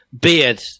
beard